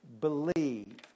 believe